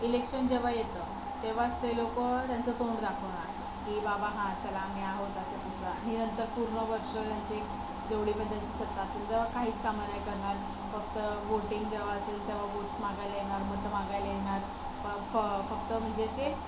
election जेव्हा येतं तेव्हाच ते लोकं त्यांचं तोंड दाखवणार की बाबा हा चला आम्ही आहोत असं तसं हे नंतर पूर्ण वर्ष त्यांची जेवढी पण त्यांची सत्ता असेल तेव्हा काहीच कामं नाही करणार फक्त वोटिंग जेव्हा असेल तेव्हा वोट्स मागायला येणार मतं मागायला येणार फ फ फक्त म्हणजे जे